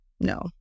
No